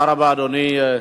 תודה רבה, אדוני.